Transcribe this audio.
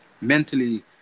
mentally